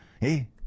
Hey